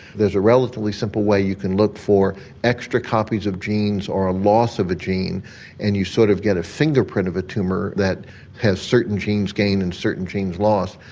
there's a relatively simple way you can look for extra copies of genes or a loss of a gene and you sort of get a fingerprint of a tumour that has certain genes gained and certain genes lost.